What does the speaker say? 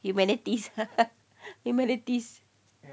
humanities humanities